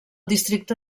districte